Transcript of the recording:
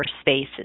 spaces